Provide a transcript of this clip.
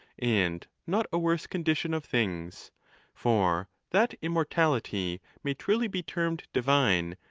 and not a worse condition of things for that immortality may truly be termed divine,